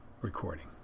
Recording